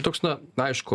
toks na aišku